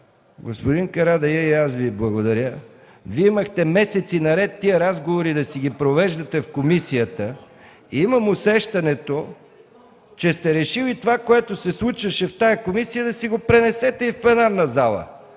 Господин Карадайъ, и аз Ви благодаря. Вие имахте месеци наред тези разговори да си ги провеждате в комисията. Имам усещането, че сте решили това, което се случваше в тази комисия, да си го пренесете и в пленарна зала.